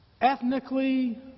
ethnically